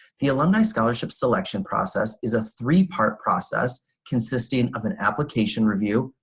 the alumni scholarship selection process is a three-part process consisting of an application review,